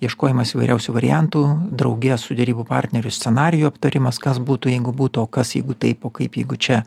ieškojimas įvairiausių variantų drauge su derybų partneriu scenarijų aptarimas kas būtų jeigu būtų o kas jeigu taip o kaip jeigu čia